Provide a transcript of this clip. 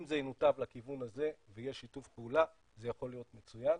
אם זה ינותב לכיוון הזה ויהיה שיתוף פעולה זה יכול להיות מצוין.